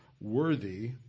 worthy